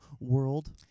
world